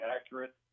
accurate